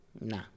Nah